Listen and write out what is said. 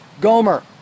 Gomer